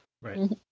Right